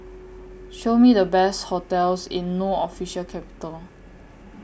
Show Me The Best hotels in No Official Capital